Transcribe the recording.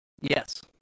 Yes